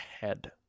head